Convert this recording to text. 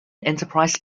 enterprise